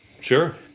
Sure